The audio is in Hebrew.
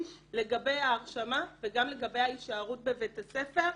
לגבי ההרשמה וגם לגבי ההישארות בבית הספר.